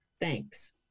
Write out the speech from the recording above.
Thanks